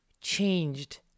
changed